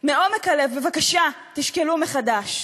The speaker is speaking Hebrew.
מעומק הלב, בבקשה, תשקלו מחדש.